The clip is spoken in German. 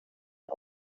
der